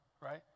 right